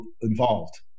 involved